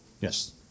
Yes